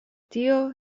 tio